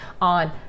on